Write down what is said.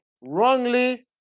wrongly